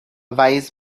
wise